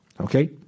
Okay